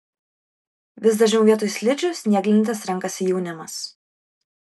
vis dažniau vietoj slidžių snieglentes renkasi jaunimas